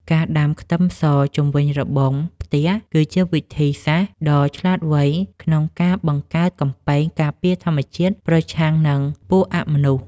ការដាំខ្ទឹមសជុំវិញរបងផ្ទះគឺជាវិធីសាស្ត្រដ៏ឆ្លាតវៃក្នុងការបង្កើតកំពែងការពារធម្មជាតិប្រឆាំងនឹងពួកអមនុស្ស។